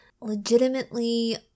legitimately